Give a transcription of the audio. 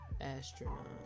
astronaut